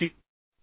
Sakshi